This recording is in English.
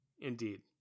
indeed